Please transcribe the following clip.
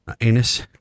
Anus